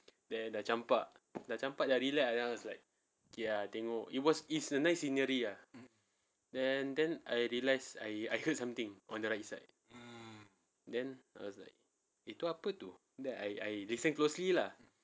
then dah campak dah campak dah rilek ah then I was like ya tengok it was it's a nice scenery lah then then I realised I I heard something on the right side then I was like itu apa tu then I I listen closely lah